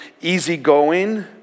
easygoing